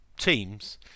teams